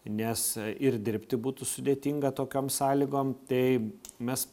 nes ir dirbti būtų sudėtinga tokiom sąlygom tai mes